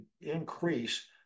increase